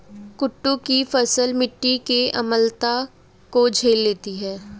कुट्टू की फसल मिट्टी की अम्लता को झेल लेती है